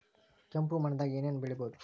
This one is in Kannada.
ಕೆಂಪು ಮಣ್ಣದಾಗ ಏನ್ ಏನ್ ಬೆಳಿಬೊದು?